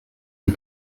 die